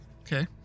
Okay